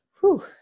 Whew